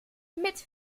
mit